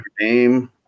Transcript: name